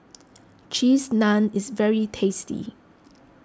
Cheese Naan is very tasty